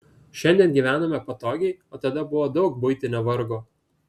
šiandien gyvename patogiai o tada buvo daug buitinio vargo